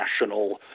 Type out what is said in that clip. national